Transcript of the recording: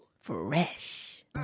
Fresh